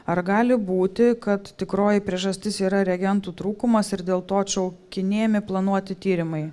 ar gali būti kad tikroji priežastis yra reagentų trūkumas ir dėl to atšaukinėjami planuoti tyrimai